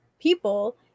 people